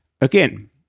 Again